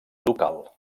ducal